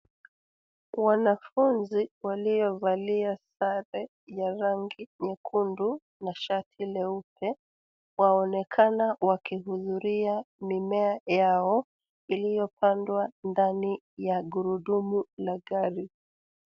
Wanafunzi waliovalia sare ya rangi nyekundu na shati leupe waonekana wakihudhuria mimea yao iliyopandwa ndani ya gurudumu la gari.